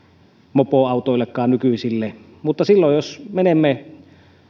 nykyisille mopoautoillekaan mutta silloin jos menemme